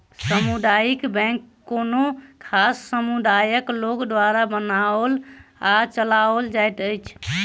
सामुदायिक बैंक कोनो खास समुदायक लोक द्वारा बनाओल आ चलाओल जाइत अछि